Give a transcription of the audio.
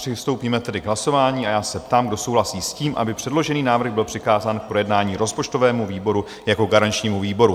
Přistoupíme tedy k hlasování a já se ptám, kdo souhlasí s tím, aby předložený návrh byl přikázán k projednání rozpočtovému výboru jako garančnímu výboru?